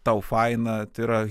tau faina tai yra